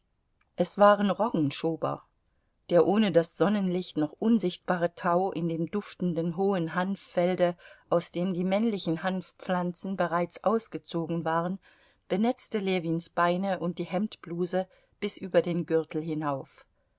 es waren roggenschober der ohne das sonnenlicht noch unsichtbare tau in dem duftenden hohen hanffelde aus dem die männlichen hanfpflanzen bereits ausgezogen waren benetzte ljewins beine und die hemdbluse bis über den gürtel hinauf